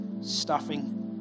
stuffing